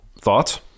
Thoughts